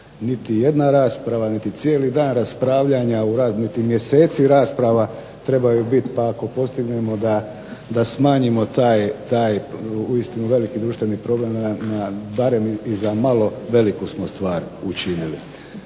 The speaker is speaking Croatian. niti jedna rasprava niti cijeli dan raspravljanja u rad, niti mjeseci rasprava trebaju biti pa ako postignemo da smanjimo taj uistinu veliki društveni problem na barem i za malo veliku smo stvar učinili.